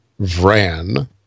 Vran